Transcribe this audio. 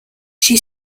she